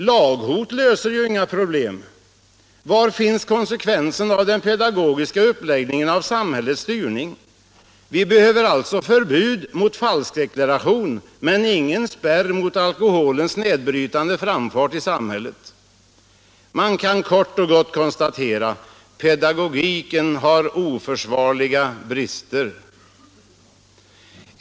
Laghot löser ju inga problem! Var finns konsekvensen i den pedagogiska uppläggningen av samhällets styrning? Vi behöver alltså förbud mot falskdeklaration, men ingen spärr mot alkoholens nedbrytande framfart i samhället. Man kan kort och gott konstatera: Pedagogiken har oförsvarliga brister.